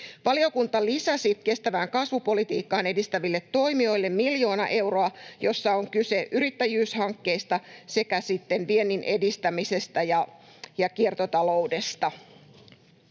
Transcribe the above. Valiokunta lisäsi kestävää kasvupolitiikkaa edistäville toimijoille miljoona euroa, missä on kyse yrittäjyyshankkeista sekä sitten viennin edistämisestä ja kiertotaloudesta.